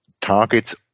targets